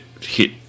hit